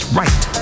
right